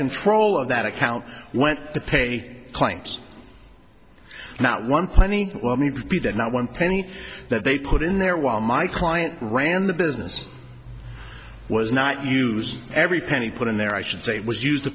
control of that account went to pay claims not one penny be that not one penny that they put in there while my client ran the business was not use every penny put in there i should say was used to